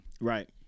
Right